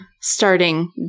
starting